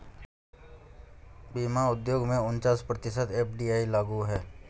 बीमा उद्योग में उनचास प्रतिशत एफ.डी.आई लागू है